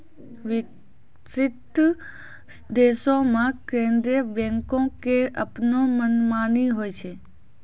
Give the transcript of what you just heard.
विकसित देशो मे केन्द्रीय बैंको के अपनो मनमानी होय छै